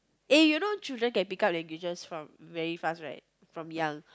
eh you know children can pick up languages from very fast right from young